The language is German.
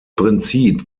prinzip